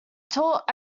taught